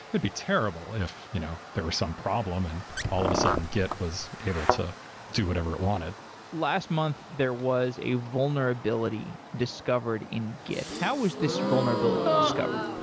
it'd be terrible if you know there was some problem and all of a sudden git was able to do whatever it wanted last month, there was a vulnerability discovered in git. how was this vulnerability discovered?